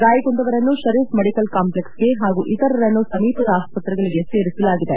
ಗಾಯಗೊಂಡವರನ್ನು ಪರೀಫ್ ಮೆಡಿಕಲ್ ಕಾಂಪ್ಲೆಕ್ಸ್ಗೆ ಹಾಗೂ ಇತರರನ್ನು ಸಮೀಪದ ಆಸ್ಪತ್ರೆಗಳಿಗೆ ಸೇರಿಸಲಾಗಿದೆ